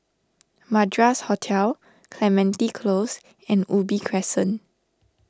Madras Hotel Clementi Close and Ubi Crescent